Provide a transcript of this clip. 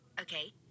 Okay